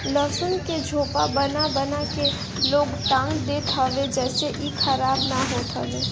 लहसुन के झोपा बना बना के लोग टांग देत हवे जेसे इ खराब ना होत हवे